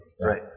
Right